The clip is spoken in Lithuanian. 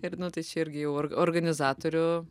ir tai čia irgi jau or organizatorių